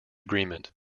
agreement